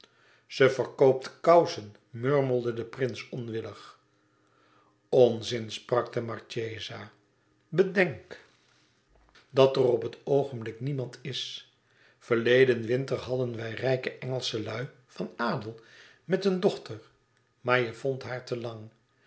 ze verkoopt kousen murmelde de prins onwillig onzin sprak de marchesa kort bedenk dat er op het oogenblik niemand is verleden winter hadden wij rijke engelsche lui van adel met een dochter maar je vondt haar te lang